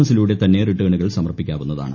എസിലൂടെ തന്നെ റിട്ടേണുകൾ സമർപ്പിക്കാവുന്നതാണ്